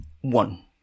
One